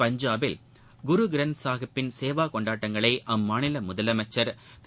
பஞ்சாபில் குருகிரந்த் சாஹிப்பின் சேவா கொண்டாட்டங்களை அம்மாநில முதலமைச்சர் திரு